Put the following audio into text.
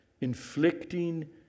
Inflicting